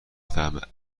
فهمه